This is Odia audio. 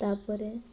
ତା'ପରେ